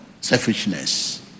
Selfishness